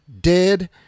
dead